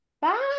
Bye